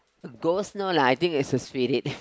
ghost no lah I think it's a spirit